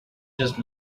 just